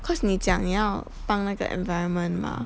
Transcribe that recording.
cause 你讲你要帮那个 environment mah